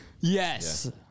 Yes